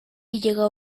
llegó